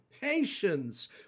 patience